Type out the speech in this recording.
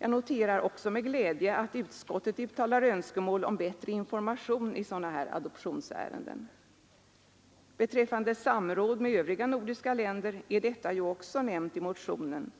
Jag noterar också med glädje att utskottet uttalar önskemål om bättre information i sådana här adoptionsärenden. Beträffande samråd med övriga nordiska länder är detta också nämnt i motionen,